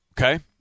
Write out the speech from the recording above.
Okay